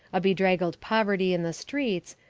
a bedraggled poverty in the streets,